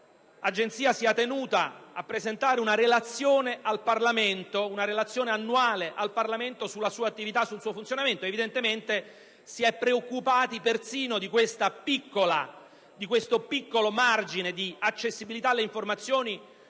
l'Agenzia sia tenuta a presentare una relazione annuale al Parlamento sulla sua attività e sul suo funzionamento. Evidentemente, si è preoccupati persino di questo piccolo margine di accessibilità alle informazioni